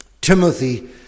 Timothy